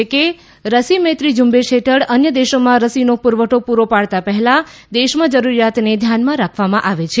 જયશંકર સરકારે જણાવ્યું છે કે રસી મૈત્રી ઝુંબેશ હેઠળ અન્ય દેશોમાં રસીનો પુરવઠો પૂરો પાડતાં પહેલાં દેશમાં જરૂરિયાતને ધ્યાનમાં રાખવામાં આવે છે